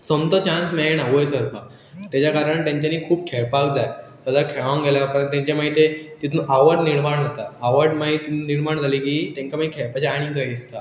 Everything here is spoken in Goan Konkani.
सोमतो चान्स मेळना वयर सरपाक तेज्या कारण तेंच्यांनी खूब खेळपाक जाय सदांच खेळोंक गेल्या उपरांत तेंचे मागी ते तितून आवड निर्माण जाता आवड मागीर निर्माण जाली की तेंका मागीर खेळपाचें आनीक खंय दिसता